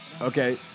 Okay